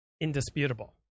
indisputable